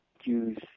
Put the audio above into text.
use